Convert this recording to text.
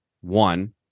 one